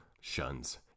shuns